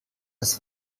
das